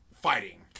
fighting